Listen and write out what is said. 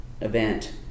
event